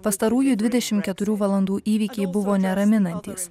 pastarųjų dvidešim keturių valandų įvykiai buvo neraminantys